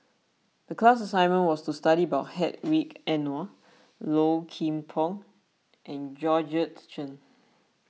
the class assignment was to study about Hedwig Anuar Low Kim Pong and Georgette Chen